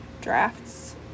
drafts